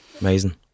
Amazing